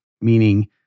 meaning